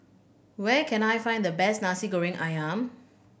where can I find the best Nasi Goreng Ayam